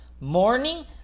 morning